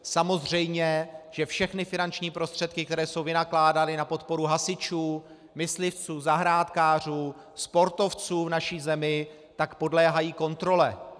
Samozřejmě že všechny finanční prostředky, které jsou vynakládány na podporu hasičů, myslivců, zahrádkářů, sportovců v naší zemi, podléhají kontrole.